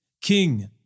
king